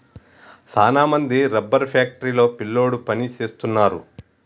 సాన మంది rubber factory లో పిల్లోడు పని సేస్తున్నారు